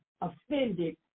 offended